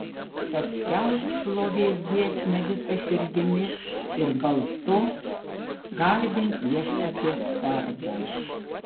tad skelbk šlovės giesmę visa širdimi ir balsu garbink viešpaties vardą